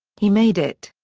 he made it!